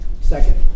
Second